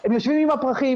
הם יושבים עם פרחים.